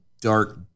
dark